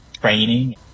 training